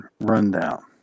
rundown